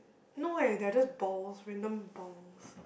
no eh they are just balls random balls